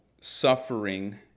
suffering